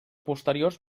posteriors